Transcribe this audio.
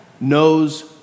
knows